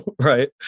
Right